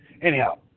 Anyhow